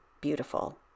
beautiful